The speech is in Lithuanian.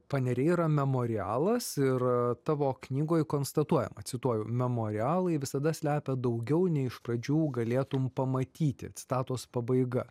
paneriai yra memorialas ir tavo knygoj konstatuojama cituoju memorialai visada slepia daugiau nei iš pradžių galėtum pamatyti citatos pabaiga